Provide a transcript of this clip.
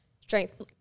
strength